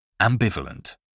Ambivalent